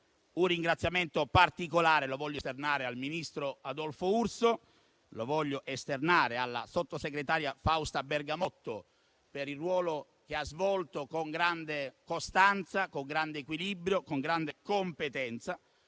Un ringraziamento particolare voglio esternare al ministro Adolfo Urso e alla sottosegretaria Fausta Bergamotto per il ruolo che ha svolto con grande costanza, con grande equilibrio, con grande competenza.